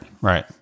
right